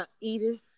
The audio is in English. Edith